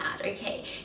okay